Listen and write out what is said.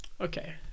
Okay